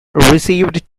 received